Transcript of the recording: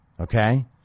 okay